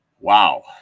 Wow